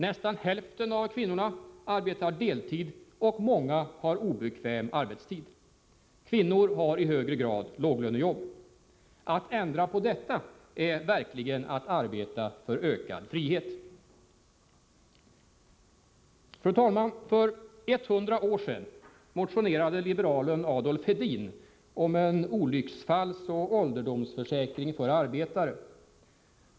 Nästan hälften av kvinnorna arbetar deltid, och många har obekväm arbetstid. Kvinnor har i högre grad låglönejobb. Att ändra på detta är verkligen att arbeta för ökad frihet. 4 Fru talman! För 100 år sedan motionerade liberalen Adolf Hedin om en olycksfallsoch ålderdomsförsäkring för arbetare.